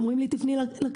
אומרים לי: תפני לכנסת.